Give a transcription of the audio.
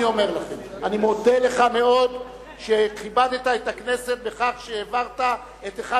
אני אומר לכם: אני מודה לך מאוד שכיבדת את הכנסת בכך שהעברת את אחד